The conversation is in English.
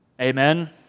Amen